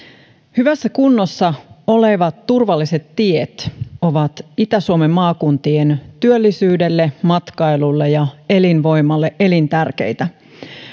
hyvässä kunnossa olevat turvalliset tiet ovat itä suomen maakuntien työllisyydelle matkailulle ja elinvoimalle elintärkeitä